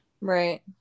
Right